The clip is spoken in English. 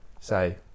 say